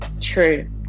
true